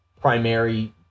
primary